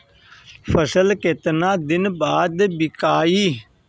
फसल केतना दिन बाद विकाई?